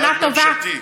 שנה טובה.